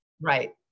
Right